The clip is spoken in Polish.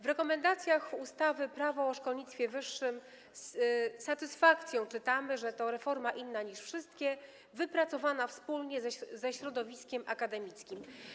W rekomendacjach dotyczących ustawy Prawo o szkolnictwie wyższym z satysfakcją czytamy, że to reforma inna niż wszystkie, wypracowana wspólnie ze środowiskiem akademickim.